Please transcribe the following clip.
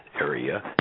area